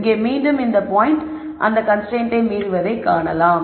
இங்கே மீண்டும் இந்த பாயிண்ட் இந்த கன்ஸ்ரைன்ட்டை மீறுவதை காணலாம்